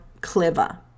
clever